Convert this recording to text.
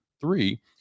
three